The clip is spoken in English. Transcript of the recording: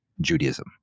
Judaism